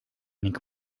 ning